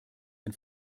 ein